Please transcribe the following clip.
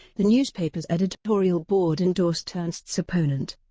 the newspaper's editorial board endorsed ernst's opponent,